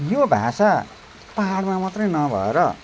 यो भाषा पाहाडमा मात्रै नभएर